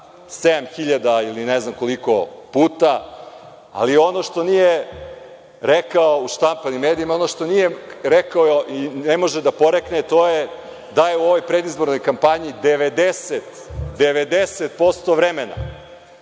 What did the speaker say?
ili ne znam koliko puta, ali ono što nije rekao u štampanim medijima i ono što nije rekao i ne može da porekne to je da je u ovoj predizbornoj kampanji 90% vremena